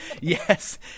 Yes